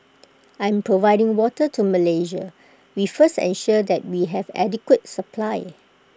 in providing water to Malaysia we first ensure that we have adequate supply